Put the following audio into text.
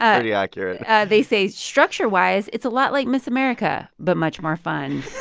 ah yeah accurate they say, structure wise, it's a lot like miss america, but much more fun